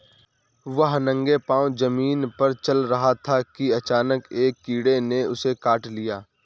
वह नंगे पांव जमीन पर चल रहा था कि अचानक एक कीड़े ने उसे काट लिया